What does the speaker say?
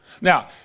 Now